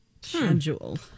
Schedule